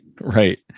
Right